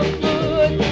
good